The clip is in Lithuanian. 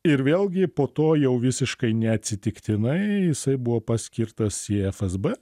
ir vėlgi po to jau visiškai neatsitiktinai jisai buvo paskirtas į fsb